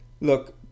Look